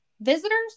Visitors